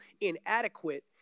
inadequate